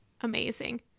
amazing